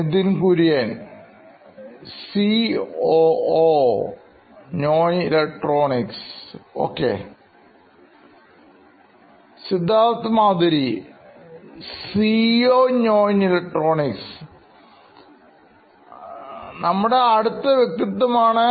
Nithin Kurian COO Knoin Electronics Ok Siddharth Maturi CEO Knoin Electronics നമ്മുടെ അടുത്ത വ്യക്തിത്വമാണ്